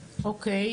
בבקשה.